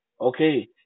okay